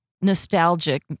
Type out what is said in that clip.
nostalgic